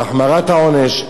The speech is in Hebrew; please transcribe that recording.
בהחמרת העונש,